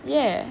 yeah